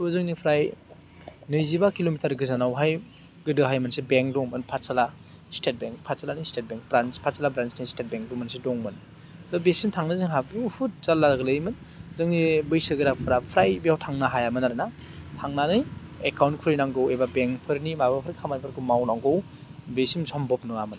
त' जोंनिफ्राय नैजिबा किल'मिटार गोजानावहाय गोदोहाय मोनसे बेंक दंमोन पाठशाला स्टेट बेंक पाठशालानि स्टेट बेंक ब्रान्स पाठशाला ब्रान्स नि स्टेट बेंक बो मोनसे दंमोन दा बेसिम थांनो जोंहा बुहुत जारला गोलैयोमोन जोंनि बैसोगोराफोरा फ्राय बेयाव थांनो हायामोन आरो ना थांनानै एकाउन्ट खुलिनांगौ एबा बेंक फोरनि माबाफोर खामानिफोरखौ मावनांगौ बेसिम समभब नङामोन